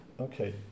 okay